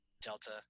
Delta